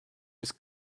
his